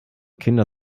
kinder